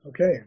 Okay